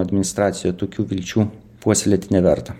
administracija tokių vilčių puoselėti neverta